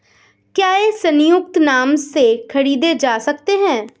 क्या ये संयुक्त नाम से खरीदे जा सकते हैं?